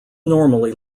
normally